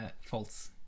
False